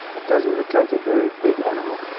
it doesn't look like a very big animal.